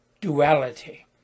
duality